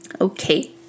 Okay